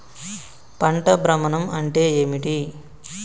పంట భ్రమణం అంటే ఏంటి?